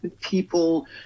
people